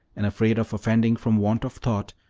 and afraid of offending from want of thought,